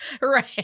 Right